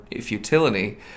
futility